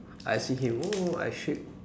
I see him oh I shake